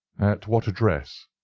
at what address?